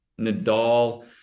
Nadal